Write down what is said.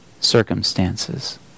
circumstances